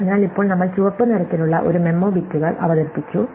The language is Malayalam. അതിനാൽ ഇപ്പോൾ നമ്മൾ ചുവപ്പ് നിറത്തിലുള്ള ഒരു മെമ്മോ ബിറ്റുകൾ അവതരിപ്പിച്ചു